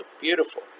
beautiful